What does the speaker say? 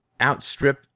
outstrip